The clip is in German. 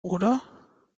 oder